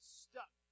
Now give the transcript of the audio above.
stuck